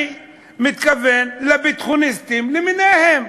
אני מתכוון לביטחוניסטים למיניהם,